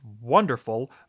wonderful